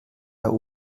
der